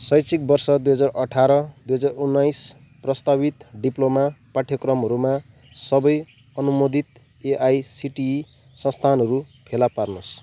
शैक्षिक वर्ष दुई हजार अठार दुई हजार उन्नाइस प्रस्तावित डिप्लोमा पाठ्यक्रमहरूमा सबै अनुमोदित एआइसिटिई संस्थानहरू फेला पार्नुहोस्